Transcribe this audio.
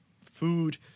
food